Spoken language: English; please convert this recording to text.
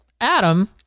Adam